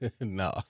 No